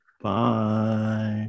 Bye